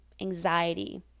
anxiety